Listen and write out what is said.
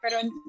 pero